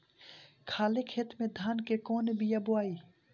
खाले खेत में धान के कौन बीया बोआई?